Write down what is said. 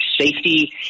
safety